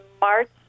March